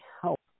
help